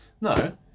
No